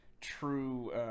true –